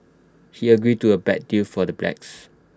he agreed to A bad deal for the blacks